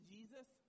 Jesus